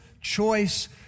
choice